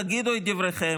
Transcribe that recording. תגידו את דבריכם,